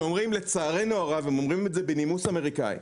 שאומרים את זה בנימוס האמריקאי: